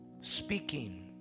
Speaking